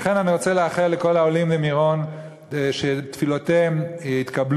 לכן אני רוצה לאחל לכל העולים למירון שתפילותיהם יתקבלו,